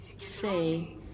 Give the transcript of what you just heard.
say